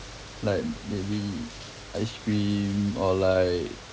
like maybe ice cream or like